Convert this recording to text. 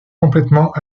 complètement